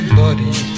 buddy